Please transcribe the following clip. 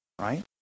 right